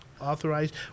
authorized